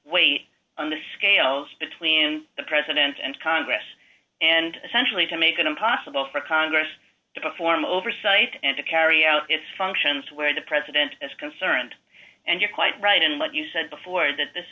weight on the scales between the president and congress and essentially to make it impossible for congress to form oversight and to carry out its functions where the president is concerned and you're quite right in what you said before that this